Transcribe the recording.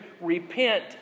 Repent